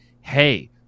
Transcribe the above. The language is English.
hey